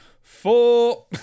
four